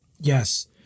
Yes